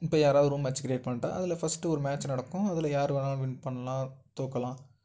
இப்போ யாராவது room match create பண்ணிட்டால் அதில் ஃபஸ்ட்டு ஒரு மேட்ச் நடக்கும் அதில் யாரு வேணாலும் வின் பண்ணலாம் தோற்கலாம்